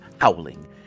howling